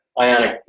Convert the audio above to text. Ionic